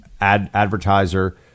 advertiser